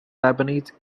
lebanese